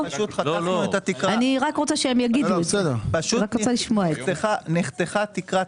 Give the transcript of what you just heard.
אנחנו נבוא לפני ואנחנו נציג לכם איזושהי תוכנית